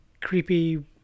creepy